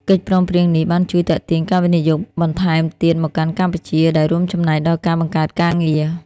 កិច្ចព្រមព្រៀងនេះបានជួយទាក់ទាញការវិនិយោគបន្ថែមទៀតមកកាន់កម្ពុជា ដែលរួមចំណែកដល់ការបង្កើតការងារ។